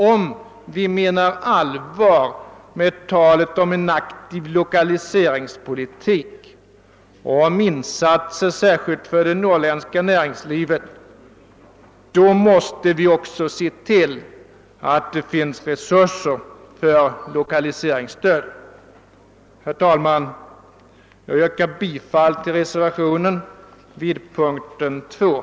Om vi menar allvar med talet om en aktiv lokaliseringspolitik och insatser för särskilt det norrländska näringslivet, så måste vi också se till att det finns resurser för lokaliseringsstöd. Herr talman! Jag yrkar bifall till den vid punkten 2 fogade reservationen 1 a.